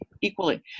equally